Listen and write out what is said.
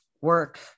Work